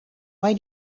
why